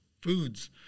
foods